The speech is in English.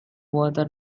water